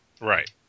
Right